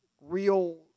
real